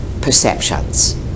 perceptions